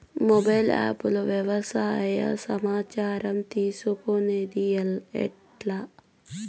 Mobile app లో వ్యవసాయ సమాచారం తీసుకొనేది ఎట్లా?